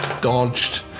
dodged